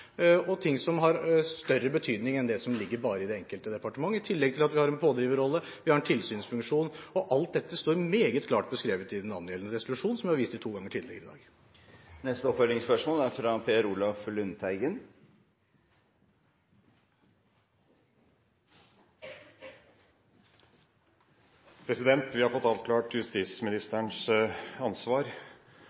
og ting som har større betydning enn det som ligger bare i det enkelte departement – i tillegg til at vi har en pådriverrolle, vi har en tilsynsfunksjon. Alt dette står meget klart beskrevet i den angjeldende resolusjon, som jeg har vist til to ganger tidligere i dag. Per Olaf Lundteigen – til oppfølgingsspørsmål. Vi har fått avklart justisministerens ansvar.